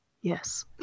yes